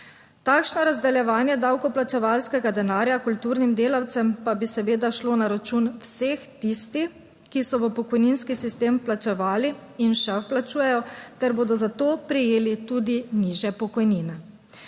Takšno razdeljevanje davkoplačevalskega denarja kulturnim delavcem pa bi seveda šlo na račun vseh tistih, ki so v pokojninski sistem plačevali in še vplačujejo ter bodo za to prejeli tudi nižje pokojnine.